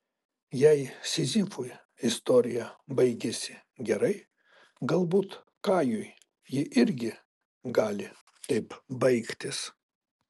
jei sizifui istorija baigėsi gerai galbūt kajui ji irgi gali taip baigtis